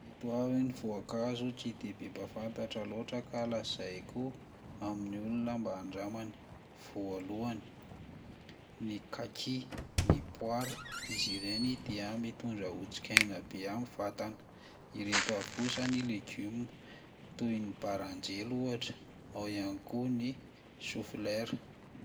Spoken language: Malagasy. Ireto avy ny voankazo tsy de be mpafantatra loatra ka lazaiko amin'ny olona mba handramany: voalohany, ny kaki, ny poara, izy ireny dia mitondra otrikaina be amin'ny vatana; ireto avy kosa ny legioma: toy ny baranjely ohatra, ao ihany koa ny choux fleur.